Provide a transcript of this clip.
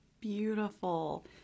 Beautiful